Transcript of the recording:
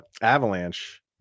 avalanche